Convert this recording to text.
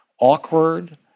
awkward